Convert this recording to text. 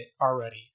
already